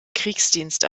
kriegsdienst